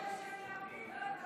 הוא רוצה שאני אפיל?